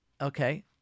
okay